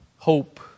Hope